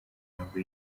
ntabwo